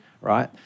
right